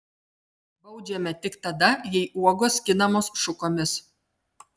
baudžiame tik tada jei uogos skinamos šukomis